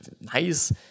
nice